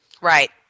Right